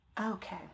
Okay